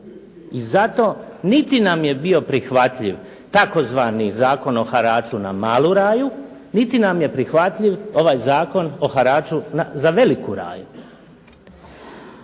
i zato niti nam je bio prihvatljiv tzv. Zakon o haraču na malu raju, niti nam je prihvatljiv ovaj Zakon o haraču za veliku raju.